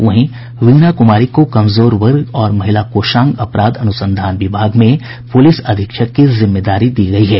वहीं वीणा कुमारी को कमजोर वर्ग और महिला कोषांग अपराध अनुसंधान विभाग में पुलिस अधीक्षक की जिम्मेदारी दी गयी है